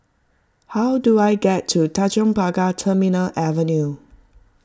how do I get to Tanjong Pagar Terminal Avenue